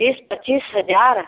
बीस पचीस हजार